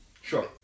Sure